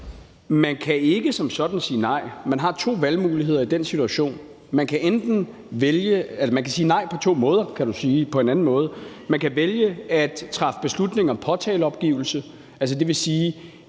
Man kan ikke som sådan sige nej. Man har to valgmuligheder i den situation – eller man kan sige nej på to måder, kan du på en anden måde sige. Man kan vælge at træffe beslutning om påtaleopgivelse,